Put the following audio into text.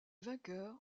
vainqueurs